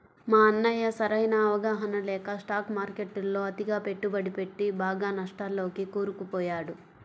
మా అన్నయ్య సరైన అవగాహన లేక స్టాక్ మార్కెట్టులో అతిగా పెట్టుబడి పెట్టి బాగా నష్టాల్లోకి కూరుకుపోయాడు